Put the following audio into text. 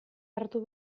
hartu